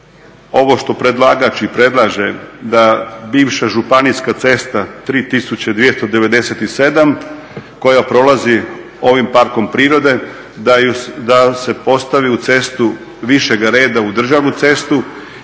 ovo što predlagač i predlaže da bivša županijska cesta 3297 koja prolazi ovim parkom prirode da se postavi u cestu višega reda u državnu cestu